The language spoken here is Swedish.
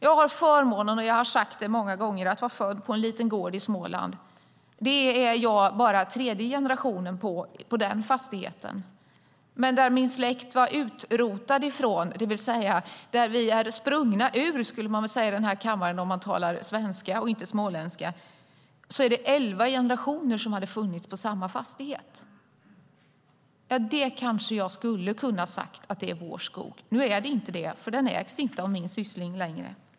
Jag har sagt många gånger att jag har haft förmånen att vara född på en liten gård i Småland. Jag är bara tredje generationen på den fastigheten. Men där min släkt kommer ifrån har elva generationer funnits på samma fastighet. Där kanske jag skulle ha kunnat säga att det är vår skog. Nu är det inte det, för den ägs inte av min syssling längre.